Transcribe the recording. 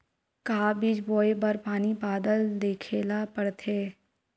का बीज बोय बर पानी बादल देखेला पड़थे?